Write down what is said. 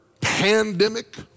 pandemic